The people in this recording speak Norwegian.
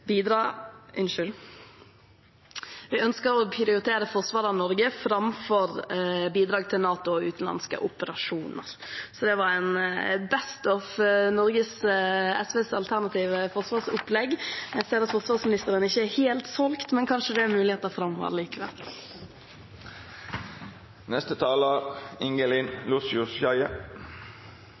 og vi ønsker å prioritere forsvar av Norge framfor bidrag til NATO og utenlandske operasjoner. Dette var «the best of» SVs alternative forsvarsopplegg. Jeg ser at forsvarsministeren ikke er helt solgt, men kanskje er det muligheter framover allikevel.